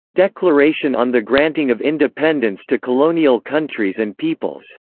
declaration on the granting of independence to colonial countries and peoples